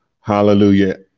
hallelujah